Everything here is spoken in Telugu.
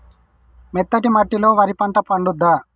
మెత్తటి మట్టిలో వరి పంట పండుద్దా?